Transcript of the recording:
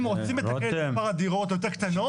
אם רוצים לתקן את מספר הדירות ליותר קטנות,